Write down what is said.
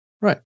Right